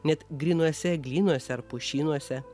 net grynuose eglynuose ar pušynuose